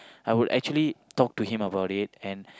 I would actually talk to him about it